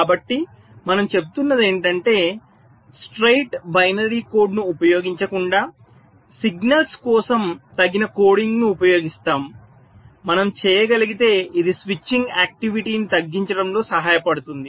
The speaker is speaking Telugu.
కాబట్టి మనం చెబుతున్నది ఏమిటంటే స్ట్రెయిట్ బైనరీ కోడ్ను ఉపయోగించకుండా సిగ్నల్స్ కోసం తగిన కోడింగ్ను ఉపయోగిస్తాము మనం చేయగలిగితే ఇది స్విచ్చింగ్ ఆక్టివిటీ ను తగ్గించడంలో సహాయపడుతుంది